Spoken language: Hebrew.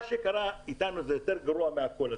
מה שקרה אתנו, זה יותר גרוע מהכול.